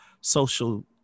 social